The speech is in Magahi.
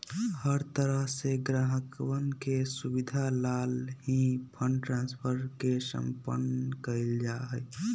हर तरह से ग्राहकवन के सुविधा लाल ही फंड ट्रांस्फर के सम्पन्न कइल जा हई